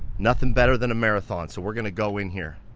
nothing better than a marathon. so we're gonna go in here.